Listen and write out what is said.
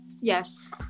yes